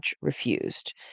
refused